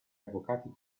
avvocati